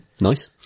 Nice